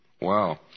wow